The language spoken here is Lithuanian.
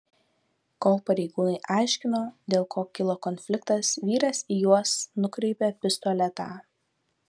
kol pareigūnai aiškino dėl ko kilo konfliktas vyras į juos nukreipė pistoletą